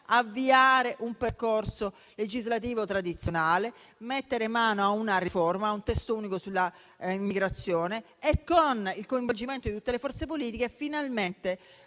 avviare un percorso legislativo tradizionale; mettere mano a una riforma, a un testo unico sull'immigrazione e, con il coinvolgimento di tutte le forze politiche, finalmente